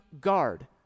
guard